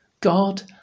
God